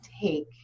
take